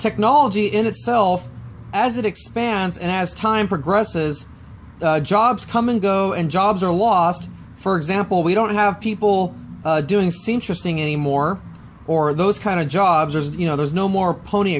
technology in itself as it expands and as time progresses jobs come and go and jobs are lost for example we don't have people doing seamstress thing anymore or those kind of jobs or you know there's no more pony